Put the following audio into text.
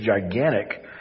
gigantic